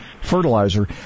fertilizer